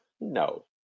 no